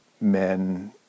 men